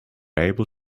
able